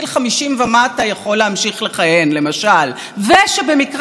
ושבמקרה בית המשפט העליון כפוף ישירות לשרת המשפטים.